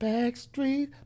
Backstreet